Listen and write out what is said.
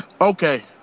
Okay